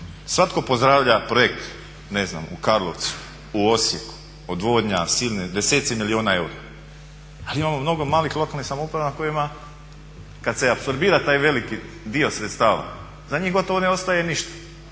svatko pozdravlja projekt ne znam u Karlovcu, u Osijeku, odvodnja, deseci milijuna eura ali imamo mnogo malih lokalnih samouprava na kojima kad se apsorbira taj veliki dio sredstava za njih gotovo ne ostaje ništa.